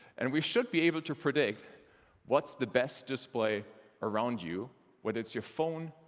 and we should be able to predict what's the best display around you whether it's your phone,